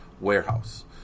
warehouse